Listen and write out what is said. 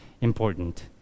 important